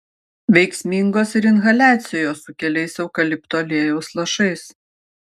veiksmingos ir inhaliacijos su keliais eukalipto aliejaus lašais